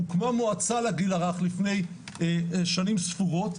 הוקמה מועצה לגיל הרך לפני שנים ספורות,